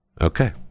okay